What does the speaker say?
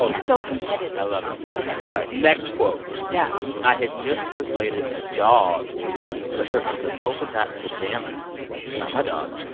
so competitive i love it ok all right next quote yeah i had just persuaded a dog to let me put her into polka-dot pajamas not my dog.